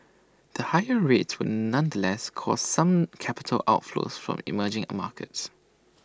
the higher rates would nonetheless cause some capital outflows from emerging markets